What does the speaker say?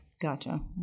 Gotcha